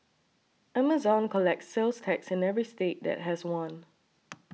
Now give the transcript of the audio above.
Amazon collects sales tax in every state that has one